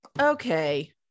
Okay